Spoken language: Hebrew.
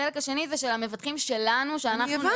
החלק השני הוא כלפי המבטחים שלנו: שאנחנו